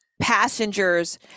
passengers